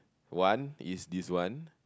one is this one